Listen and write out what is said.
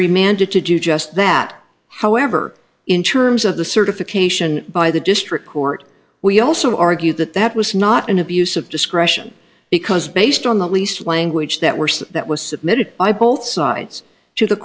reminded to do just that however in terms of the certification by the district court we also argue that that was not an abuse of discretion because based on the least language that worse that was submitted by both sides to the